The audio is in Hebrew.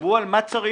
דברו על מה צריך,